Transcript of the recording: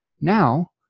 now